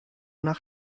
nach